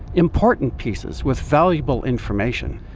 important pieces with valuable information,